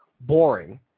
boring